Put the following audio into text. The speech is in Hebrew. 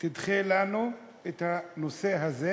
תדחה לנו את הנושא הזה,